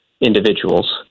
individuals